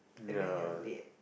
and then you're late